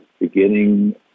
beginning